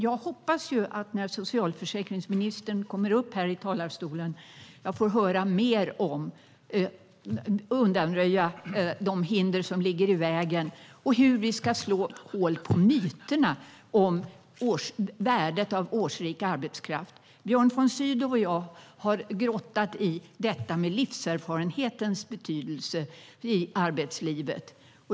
Jag hoppas att få höra från socialförsäkringsministern mer om undanröjande av de hinder som finns i vägen och hur vi ska slå hål på myterna om värdet av årsrik arbetskraft. Björn von Sydow och jag har grottat i detta med livserfarenhetens betydelse i arbetslivet.